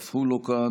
אף הוא לא כאן,